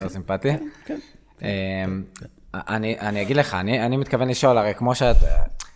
אתה סימפטי, אני אגיד לך, אני מתכוון לשאול, הרי כמו שאת...